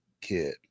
kid